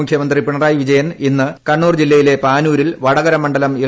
മുഖ്യമന്ത്രി പിണറായി വിജയൻ ഇന്ന് കണ്ണൂർ ജില്ലയിലെ പാനൂരിൽ വടകര മണ്ഡലം എൽ